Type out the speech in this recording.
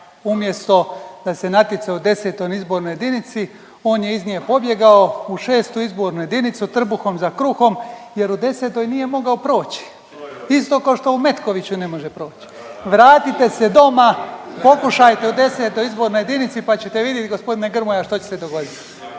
umjesto da se natjecao u X. izbornoj jedinici, on je iz nje pobjegao u VI. izbornu jedinicu trbuhom za kruhom jer u X. nije mogao proći, isto kao što u Metkoviću ne može proć. Vratite se doma, pokušajte u X. izbornoj jedinici, pa ćete vidjet g. Grmoja što će se dogodit.